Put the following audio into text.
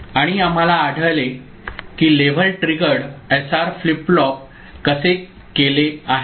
आणि आम्हाला आढळले की level triggered SR flip flop कसे केले आहे